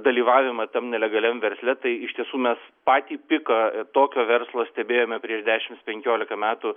dalyvavimą tam nelegaliam versle tai iš tiesų mes patį piką tokio verslo stebėjome prieš dešims penkiolika metų